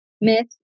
myth